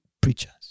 preachers